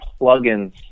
plugins